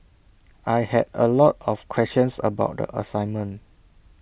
I had A lot of questions about the assignment